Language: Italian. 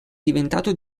diventato